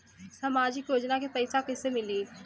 सामाजिक योजना के पैसा कइसे मिली?